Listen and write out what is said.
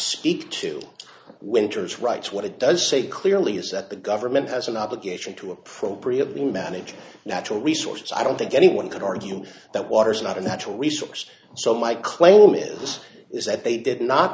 speak to winters writes what it does say clearly is that the government has an obligation to appropriately manage natural resources i don't think anyone could argue that water is not a natural resource so my claim is is that they did not